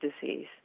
disease